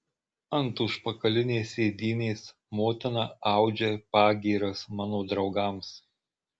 ant užpakalinės sėdynės motina audžia pagyras mano draugams